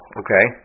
okay